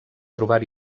trobar